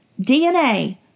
DNA